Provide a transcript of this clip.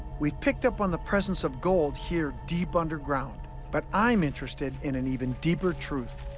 we've picked up on the presence of gold here deep underground, but i'm interested in an even deeper truth,